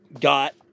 got